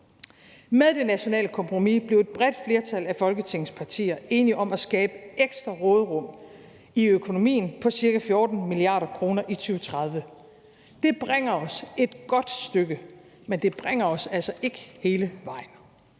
Med det nationale kompromis blev et bredt flertal af Folketingets partier enige om at skabe ekstra råderum i økonomien på ca. 14 mia. kr. i 2030. Det bringer os et godt stykke, men det bringer os altså ikke hele vejen.